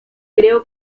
creo